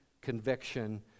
conviction